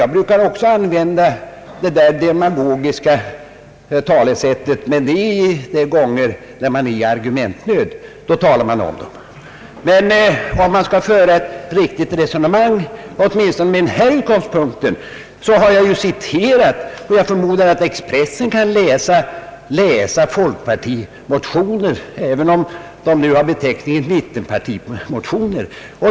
Jag brukar också använda det där demagogiska talesättet, men det är ju vid de tillfällen då man är i argumentnöd som man tillgriper det. Om man skall föra ett riktigt resonemang, åtminstone med denna utgångspunkt, så har jag ju citerat Expressen. Jag förmodar att tidningen kan läsa folkpartimotioner även om de nu har beteckningen mittenpartimotioner.